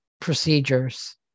procedures